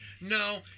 No